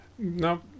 Now